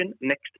next